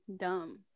dumb